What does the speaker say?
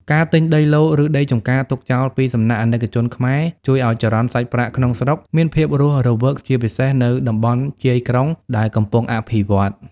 ការទិញដីឡូតិ៍ ឬដីចម្ការទុកចោលពីសំណាក់ អាណិកជនខ្មែរ ជួយឱ្យ "ចរន្តសាច់ប្រាក់ក្នុងស្រុក" មានភាពរស់រវើក ជាពិសេសនៅតំបន់ជាយក្រុងដែលកំពុងអភិវឌ្ឍ។